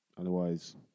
Otherwise